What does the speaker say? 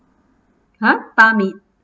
!huh!